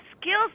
skills